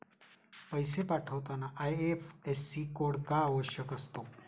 पैसे पाठवताना IFSC code का आवश्यक असतो?